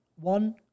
one